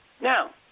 Now